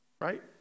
right